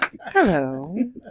Hello